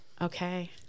okay